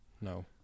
no